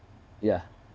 yeah